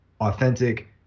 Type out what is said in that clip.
authentic –